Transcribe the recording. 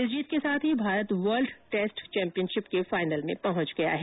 इस जीत के साथ ही भारत वर्ल्ड टेस्ट चौम्पियनशिप के फाइनल में पहुंच गया है